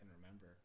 remember